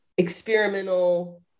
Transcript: Experimental